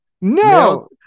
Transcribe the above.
No